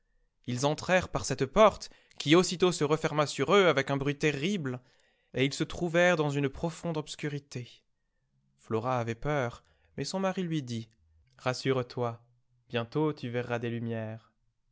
ls entrèrent par cette porte qui aussitôt se referma sur eux avec un bruit terrible et ils se trouvèrent dans une profonde obscurité flora avait peur mais son mari lui dit rassure-toi bientôt tu verras des lumières